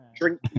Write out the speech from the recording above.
Drink